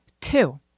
Two